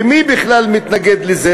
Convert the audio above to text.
ומי בכלל מתנגד לזה?